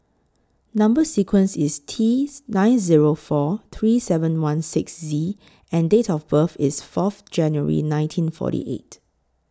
Number sequence IS T nine Zero four three seven one six Z and Date of birth IS Fourth January nineteen forty eight